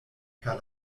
per